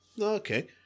Okay